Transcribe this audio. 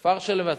כפר-שלם,